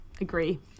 agree